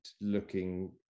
looking